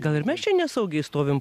gal ir mes čia nesaugiai stovim